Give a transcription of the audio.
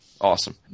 Awesome